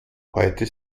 heute